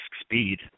speed